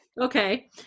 okay